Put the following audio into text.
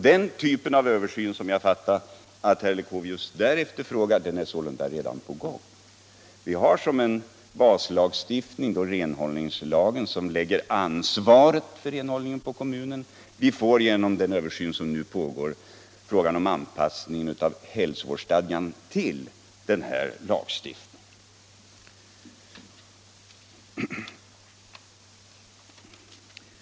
Den typ av översyn som herr Leuchovius efterfrågade har således redan satts i gång. Vi har som baslagstiftning renhållningslagen, som lägger ansvaret för renhållningen på kommunen. Vi får genom den översyn som nu pågår en anpassning av hälsovårdsstadgan till denna lagstiftning.